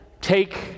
take